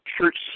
church